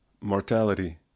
Mortality